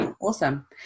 Awesome